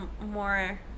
more